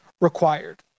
required